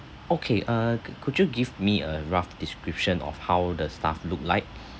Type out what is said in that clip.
okay uh cou~ could you give me a rough description of how the staff looked like